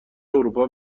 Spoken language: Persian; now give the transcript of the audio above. اروپا